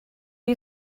you